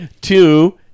Two